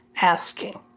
asking